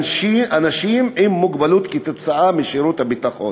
אנשים עם מוגבלות כתוצאה משירות הביטחון.